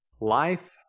Life